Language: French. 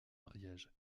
mariage